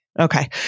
Okay